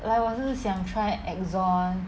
like 我是想 try Exxon